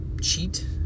cheat